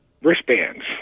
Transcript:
wristbands